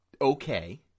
okay